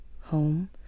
Home